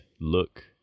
look